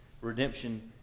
redemption